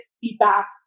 feedback